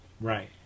right